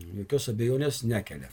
jokios abejonės nekelia